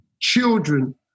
Children